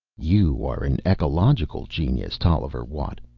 you are an ecological genius, tolliver watt!